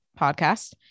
podcast